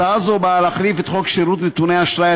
הצעה זו באה להחליף את חוק שירות נתוני אשראי,